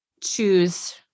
choose